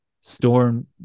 storm